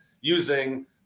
using